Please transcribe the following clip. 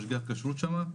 משגיח כשרות שם.